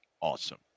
Awesome